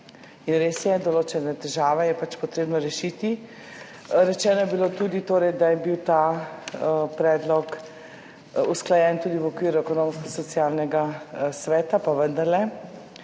in res je, določene težave je pač treba rešiti. Rečeno je bilo tudi, da je bil ta predlog usklajen v okviru Ekonomsko-socialnega sveta, pa vendarle.